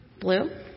Blue